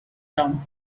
town